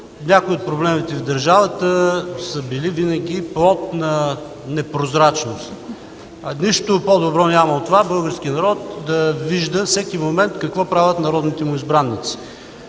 някои от проблемите в държавата са били винаги плод на непрозрачност. Нищо по-добро няма от това българският народ да вижда всеки момент какво правят народните му избраници.